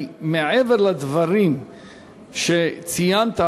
כי מעבר לדברים שציינת,